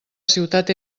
ciutat